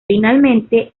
finalmente